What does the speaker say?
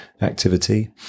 activity